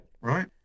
Right